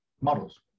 Models